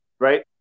Right